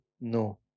No